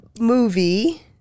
movie